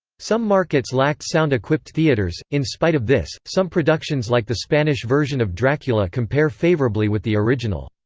some markets lacked sound-equipped theaters in spite of this, some productions like the spanish version of dracula compare favorably with the original.